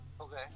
Okay